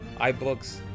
ibooks